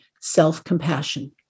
self-compassion